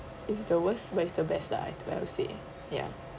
it is the worst but it's the best lah I will say yeah